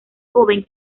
joven